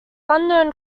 unknown